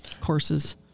courses